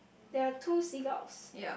there are two seagulls